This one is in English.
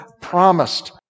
promised